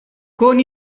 con